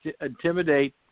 intimidate